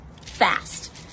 fast